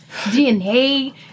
DNA